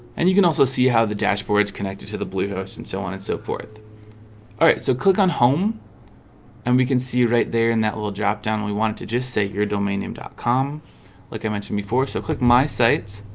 and you can also see how the dashboards connected to the bluehost and so on and so forth alright, so click on home and we can see right there in that little drop-down. we want to just say your domain name dot com like i mentioned before so click my sites